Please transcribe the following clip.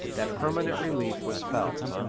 that permanent relief was felt.